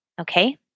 Okay